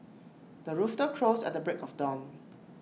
the rooster crows at the break of dawn